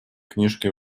книжке